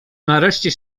nareszcie